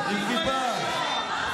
שואל.